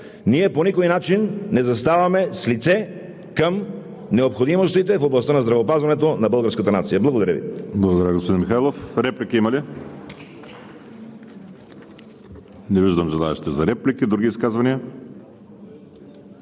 ние по никой начин не заставаме с лице към необходимостите в областта на здравеопазването на българската нация. Благодаря Ви.